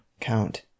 count